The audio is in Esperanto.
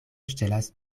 ŝtelas